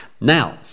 Now